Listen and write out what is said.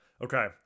Okay